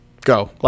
go